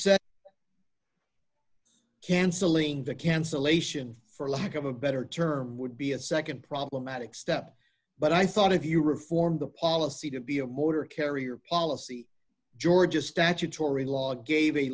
said cancelling the cancelation for lack of a better term would be a nd problematic step but i thought if you reform the policy to be a motor carrier policy georgia statutory law gave a